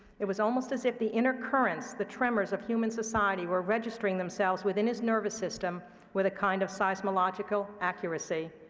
it was almost as if the inner currents, the tremors of human society were registering themselves within his nervous system with a kind of seismological accuracy.